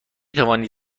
توانید